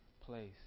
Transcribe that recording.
place